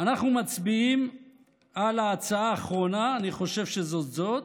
אנחנו מצביעים על ההצעה האחרונה, אני חושב שזו זו,